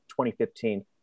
2015